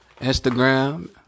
Instagram